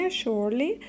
surely